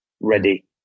ready